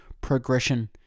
progression